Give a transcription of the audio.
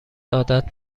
عادت